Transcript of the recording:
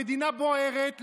המדינה בוערת,